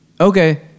Okay